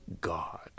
God